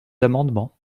amendements